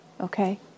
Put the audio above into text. Okay